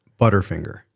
Butterfinger